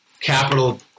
capital